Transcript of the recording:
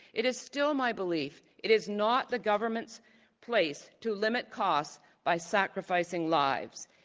it is still my belief it is not the government's place to limit costs by sacrificing lives.